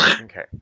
Okay